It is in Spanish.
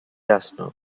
asno